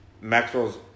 Maxwell's